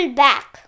back